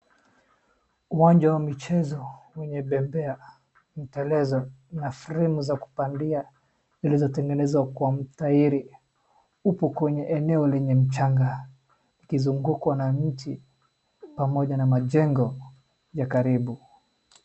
Uwanja wa michezo wenye bembea, miterezo na frame za kupandia zilizotengenezwa kwa mtairi. Upo kwenye eneo lenye mchanga ikizungukwa na mti pamoja na majengo ya karibu.